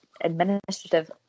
administrative